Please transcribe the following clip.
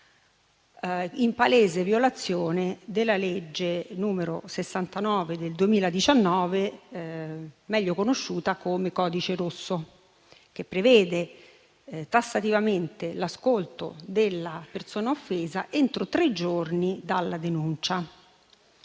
in palese violazione della legge n. 69 del 2019, meglio conosciuta come codice rosso, che prevede tassativamente l'ascolto della persona offesa entro tre giorni dalla denuncia.